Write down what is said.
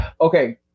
Okay